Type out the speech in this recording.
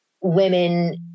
women